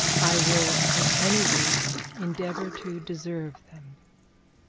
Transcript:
i will at any rate endeavour to deserve them